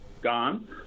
gone